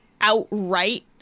outright